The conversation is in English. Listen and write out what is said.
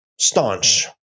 staunch